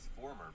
former